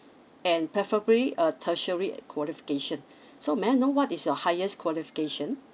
and preferably a tertiary qualification so may I know what is your highest qualification